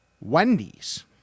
Wendy's